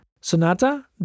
sonata